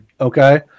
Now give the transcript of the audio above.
okay